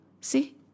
See